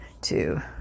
two